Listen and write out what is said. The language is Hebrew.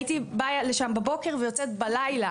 הייתי באה לשם בבוקר ויוצאת בלילה,